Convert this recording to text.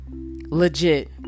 Legit